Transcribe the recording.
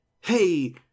hey